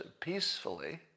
peacefully